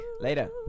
Later